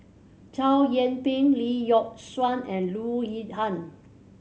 Chow Yian Ping Lee Yock Suan and Loo Zihan